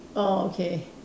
orh okay